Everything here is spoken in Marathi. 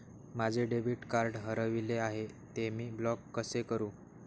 माझे डेबिट कार्ड हरविले आहे, ते मी ब्लॉक कसे करु?